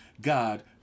God